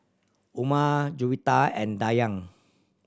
Umar Juwita and Dayang